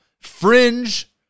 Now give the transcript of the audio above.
fringe